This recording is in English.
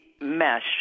mesh